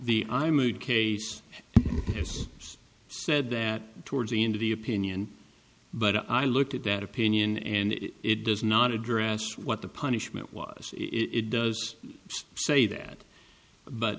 the i made case is said that towards the end of the opinion but i looked at that opinion and it does not address what the punishment was it does say that but